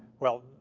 well,